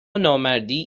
نامردی